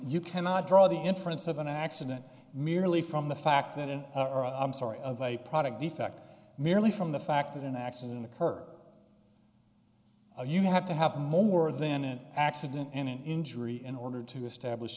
you cannot draw the inference of an accident merely from the fact that and i'm sorry of a product defect merely from the fact that an accident occurred you have to have more than an accident and an injury in order to establish